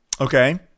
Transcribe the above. Okay